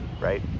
right